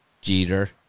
Jeter